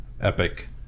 epic